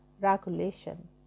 regulation